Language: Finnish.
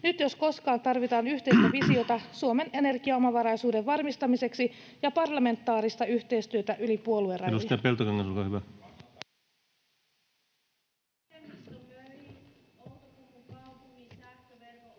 Nyt jos koskaan tarvitaan yhteistä visiota Suomen energiaomavaraisuuden varmistamiseksi ja parlamentaarista yhteistyötä yli puoluerajojen.